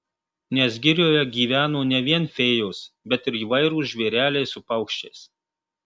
nes girioje gyveno ne vien fėjos bet ir įvairūs žvėreliai su paukščiais